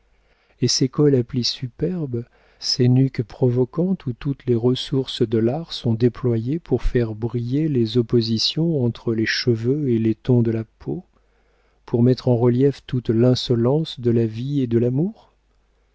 et ces cols à plis superbes ces nuques provoquantes où toutes les ressources de l'art sont déployées pour faire briller les oppositions entre les cheveux et les tons de la peau pour mettre en relief toute l'insolence de la vie et de l'amour